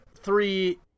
Three